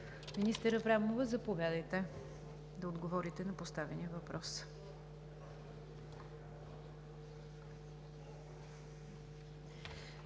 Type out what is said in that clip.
Министър Аврамова, заповядайте да отговорите на поставения въпрос.